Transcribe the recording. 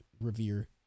revere